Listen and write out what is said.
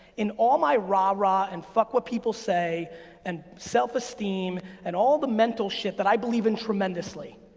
in all my rara and fuck what people say and self esteem and all the mental shit that i believe in tremendously,